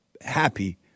happy